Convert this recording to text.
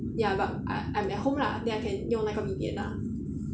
ya but I I'm at home lah then I can 用那个 V_P_N lah